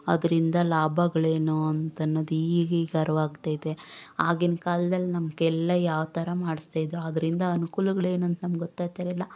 ಅದರಿಂದ ಲಾಭಗಳೇನು ಅಂತ ಅನ್ನೋದು ಈಗೀಗ ಅರಿವಾಗ್ತಿದೆ ಆಗಿನ ಕಾಲ್ದಲ್ಲಿ ನಮಗೆಲ್ಲಾ ಯಾವ ಥರ ಮಾಡಿಸ್ತಾ ಇದ್ರು ಅದ್ರಿಂದ ಅನುಕೂಲಗಳೇನು ಅಂತ ನಮಗೆ ಗೊತ್ತಾತಿರ್ಲಿಲ್ಲ